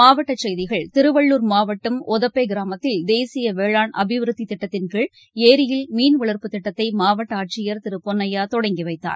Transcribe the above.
மாவட்டசெய்திகள் திருவள்ளுர் மாவட்டம் ஒதப்பைகிராமத்தில் தேசியவேளான் அபிவிருத்திதிட்டத்தின்கீழ் ஏரியில் மீன் வளர்ப்பு திட்டத்தைமாவட்டஆட்சியர் திருபொன்னையாதொடங்கிவைத்தார்